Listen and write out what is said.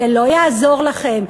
זה לא יעזור לכם.